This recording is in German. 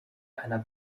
einer